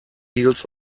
heels